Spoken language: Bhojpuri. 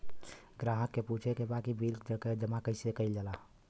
ग्राहक के पूछे के बा की बिल जमा कैसे कईल जाला?